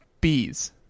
bees